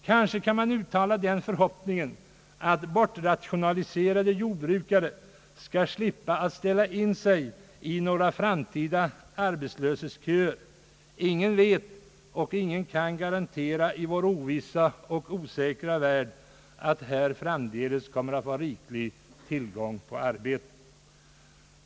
Kanske kan man uttala den förhoppningen att bortrationaliserade jordbrukare skall slippa att ställa sig i några framtida arbetslöshetsköer. Ingen vet, och ingen kan garantera i vår ovissa och osäkra värld, att här framdeles kommer att vara riklig tillgång på arbete.